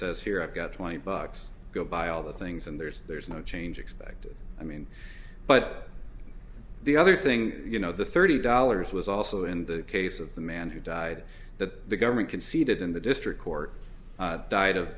says here i've got twenty bucks go buy all the things and there's there's no change expected i mean but the other thing you know the thirty dollars was also in the case of the man who died that the government conceded in the district court died of